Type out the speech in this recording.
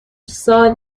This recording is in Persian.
سال